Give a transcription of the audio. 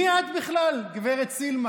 מי את בכלל, גב' סילמן?